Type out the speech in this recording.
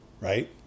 Right